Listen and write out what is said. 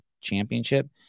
championship